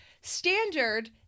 standard